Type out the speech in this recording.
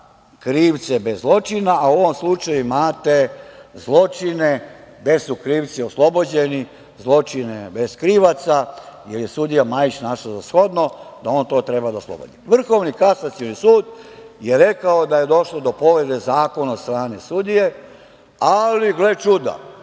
krivce bez zločina, a u ovom slučaju imate zločine gde su krivci oslobođeni, zločine bez krivaca, jer je sudija Majić našao za shodno da on to treba da oslobodi. Vrhovni kasacioni sud je rekao da je došlo do povrede zakona od strane sudije, ali gle čuda,